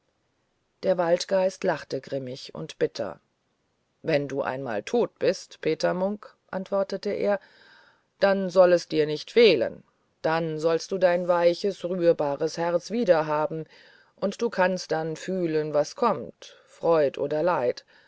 der waldgeist lachte grimmig und bitter wenn du einmal tot bist peter munk antwortete er dann soll es dir nicht fehlen dann sollst du dein weiches rührbares herz wiederhaben und du kannst dann fühlen was kommt freud oder leid